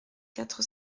quatre